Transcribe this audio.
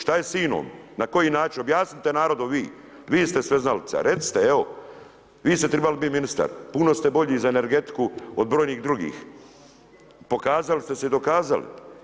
Šta je s INA-om, na koji način, objasnite narodu vi, vi ste sveznalica, recite evo, vi ste trebali biti ministar, puno ste bolji za energetiku od brojnih drugih, pokazali ste se i dokazali.